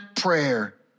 prayer